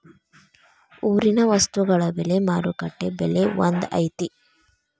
ಊರಿನ ವಸ್ತುಗಳ ಬೆಲೆ ಮಾರುಕಟ್ಟೆ ಬೆಲೆ ಒಂದ್ ಐತಿ?